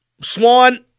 Swan